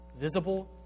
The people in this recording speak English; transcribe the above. visible